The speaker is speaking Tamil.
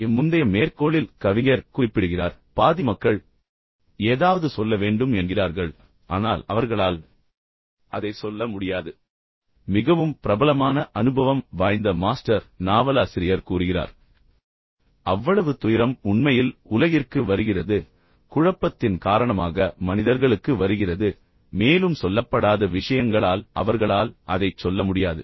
எனவே முந்தைய மேற்கோளில் கவிஞர் குறிப்பிடுகிறார் பாதி மக்கள் ஏதாவது சொல்ல வேண்டும் என்கிறார்கள் ஆனால் அவர்களால் அதைச் சொல்ல முடியாது இப்போது மிகவும் பிரபலமான அனுபவம் வாய்ந்த மாஸ்டர் நாவலாசிரியர் கூறுகிறார் அவ்வளவு துயரம் உண்மையில் உலகிற்கு வருகிறது குழப்பத்தின் காரணமாக மனிதர்களுக்கு வருகிறது மேலும் சொல்லப்படாத விஷயங்களால் அவர்களால் அதைச் சொல்ல முடியாது